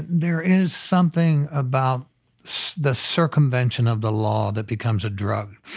there is something about so the circumvention of the law that becomes a drug,